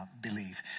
believe